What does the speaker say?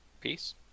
Peace